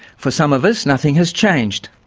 for some of us, nothing has changed.